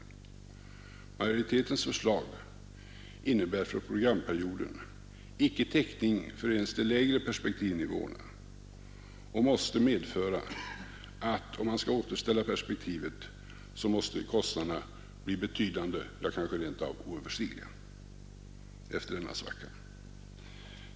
Majoritetens förslag innebär för programperioden icke täckning ens för de lägre perpektivnivåerna och måste medföra att kostnaderna, om man skall återställa perspektivet efter den svacka som förutses, måste bli betydande eller rent av oöverstigliga.